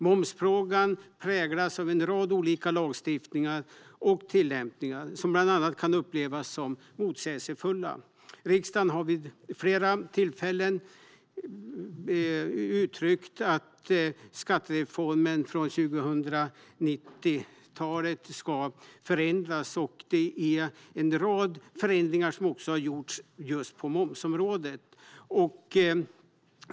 Momsfrågan präglas av en rad olika lagstiftningar och tillämpningar som ibland kan upplevas som motsägelsefulla. Riksdagen har vid flera tillfällen uttryckt att skattereformen från 1990-talet ska förändras, och en rad förändringar har också gjorts just på momsområdet.